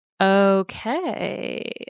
Okay